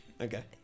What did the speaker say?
Okay